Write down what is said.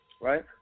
right